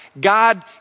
God